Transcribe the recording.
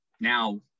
now